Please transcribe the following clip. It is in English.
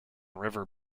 river